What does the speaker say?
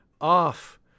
off